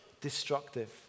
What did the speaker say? destructive